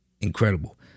incredible